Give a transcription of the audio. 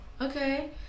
okay